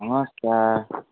नमस्कार